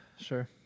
Sure